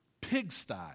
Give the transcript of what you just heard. pigsty